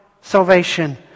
salvation